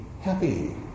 happy